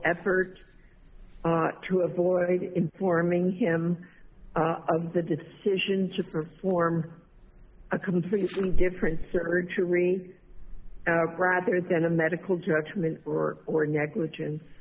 effort to avoid informing him of the decision to perform a completely different surgery rather than a medical judgment or or negligence